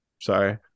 Sorry